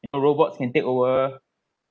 the robots can take over